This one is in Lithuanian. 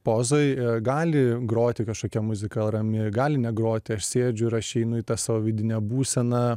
pozoj gali groti kažkokia muzika rami gali negroti aš sėdžiu ir aš įeinu į tą savo vidinę būseną